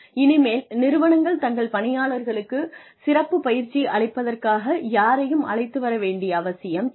இனிமேல் நிறுவனங்கள் தங்கள் பணியாளர்களுக்கு சிறப்பு பயிற்சி அளிப்பதற்காக யாரையும் அழைத்து வர வேண்டிய அவசியம் இல்லை